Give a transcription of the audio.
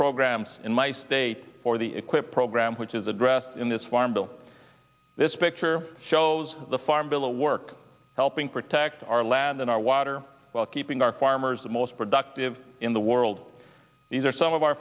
programs in my state for the equip program which is addressed in this farm bill this picture shows the farm villa work helping protect our land and our water while keeping our farmers the most productive in the world these are some of our